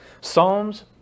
Psalms